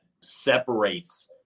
separates